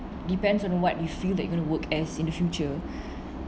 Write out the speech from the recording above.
depends on what you feel that you want to work as in the future